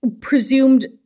presumed